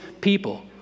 people